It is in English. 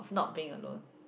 not being alone